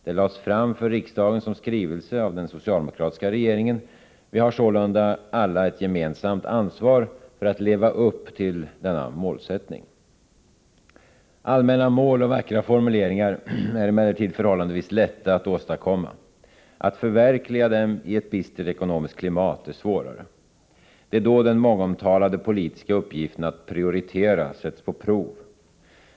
Det lades fram för riksdagen som skrivelse av den socialdemokratiska regeringen. Vi har sålunda alla ett gemensamt ansvar för att leva upp till denna målsättning. Allmänna mål och vackra formuleringar är emellertid förhållandevis lätta att åstadkomma. Att förverkliga dem i ett bistert ekonomiskt klimat är svårare, Det är då den mångomtalade politiska uppgiften att prioritera sätts på prov.